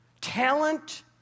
talent